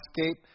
escape